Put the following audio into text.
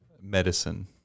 Medicine